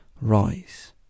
rise